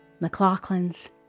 McLaughlin's